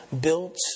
built